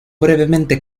brevemente